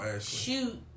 shoot